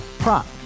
Prop